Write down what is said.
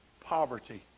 poverty